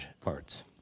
parts